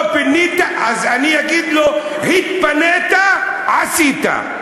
אז אני אגיד לו: התפנית, עשית.